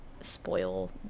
spoil